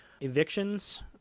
Evictions